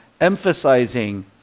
emphasizing